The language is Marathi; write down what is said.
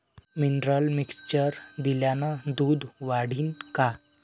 मिनरल मिक्चर दिल्यानं दूध वाढीनं का?